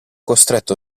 costretto